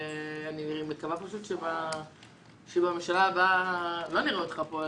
אני מקווה שבממשלה הבאה לא נראה אותך פה,